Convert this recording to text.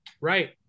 Right